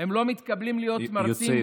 הם לא מתקבלים להיות מרצים,